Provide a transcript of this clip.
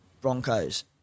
Broncos